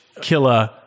killer